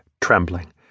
trembling